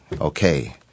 Okay